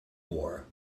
war